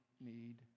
need